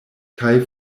kaj